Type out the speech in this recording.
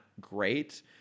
great